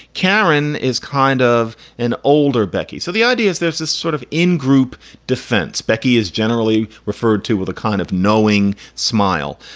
karan is kind of an older becky. so the idea is there's this sort of ingroup defense, becky, is generally referred to with a kind of knowing smile.